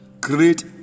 Great